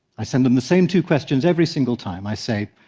i send them the same two questions every single time. i say,